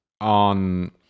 on